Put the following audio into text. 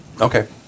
Okay